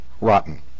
rotten